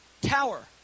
tower